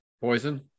Poison